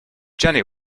jenny